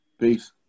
Peace